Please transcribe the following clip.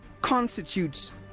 constitutes